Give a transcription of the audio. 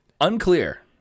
Unclear